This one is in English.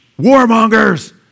warmongers